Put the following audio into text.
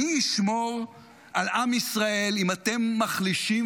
מי ישמור על עם ישראל אם אתם מחלישים